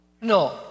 No